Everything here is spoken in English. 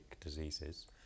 diseases